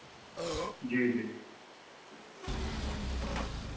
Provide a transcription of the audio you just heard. جی جی